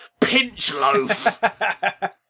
Pinchloaf